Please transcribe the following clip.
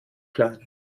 klein